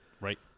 right